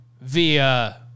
via